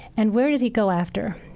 and where did he go after?